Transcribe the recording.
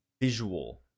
visual